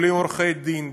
בלי עורכי דין,